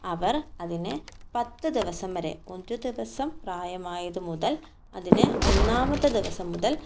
അവർ അതിനെ പത്ത് ദിവസം വരെ ഒരു ദിവസം പ്രായമായത് മുതൽ അതിനെ ഒന്നാമത്തെ ദിവസം മുതൽ